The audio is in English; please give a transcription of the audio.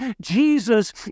Jesus